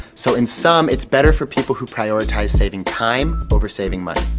so in sum, it's better for people who prioritize saving time over saving money.